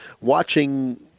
watching